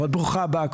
ברוכה הבאה.